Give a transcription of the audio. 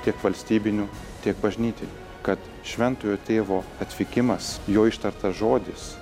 tiek valstybinių tiek bažnytinių kad šventojo tėvo atvykimas jo ištartas žodis